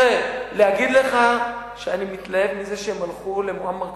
להגיד לך שאני מתלהב מזה שהם הלכו למועמר קדאפי?